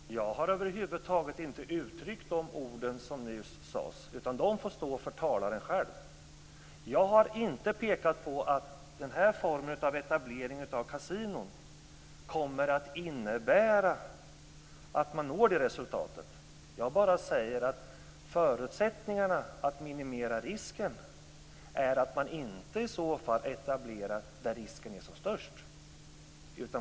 Fru talman! Jag har över huvud taget inte yttrat de ord som nyss sades. De får stå för talaren själv. Jag har inte pekat på att den här formen av etablering av kasinon kommer att innebära att man når det resultatet. Jag bara säger att förutsättningarna för att minimera risken är att man inte etablerar där risken är som störst.